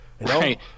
right